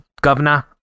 Governor